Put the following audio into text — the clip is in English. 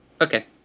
Okay